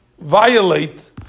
violate